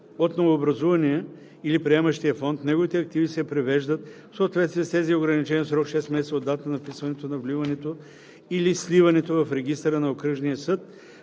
от новообразувания или приемащия фонд, неговите активи се привеждат в съответствие с тези ограничения в срок 6 месеца от датата на вписването на вливането или сливането в регистъра на окръжния съд